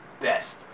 best